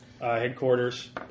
headquarters